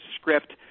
script